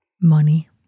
Money